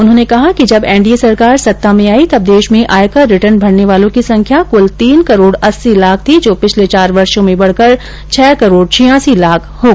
उन्होंने कहा कि जब एनडीए सरकार सत्ता में आई तब देश में आयकर रिटर्न भरने वालों की संख्या कुल तीन करोड़ अस्सी लाख थी जो पिछले चार वर्षो में बढ़ कर छह करोड़ छियासी लाख हो गई है